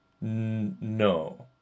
no